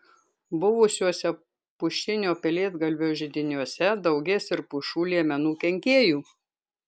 buvusiuose pušinio pelėdgalvio židiniuose daugės ir pušų liemenų kenkėjų